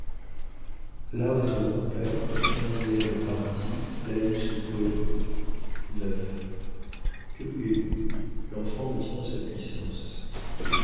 que voulez-vous l'enfant me tient en sa puissance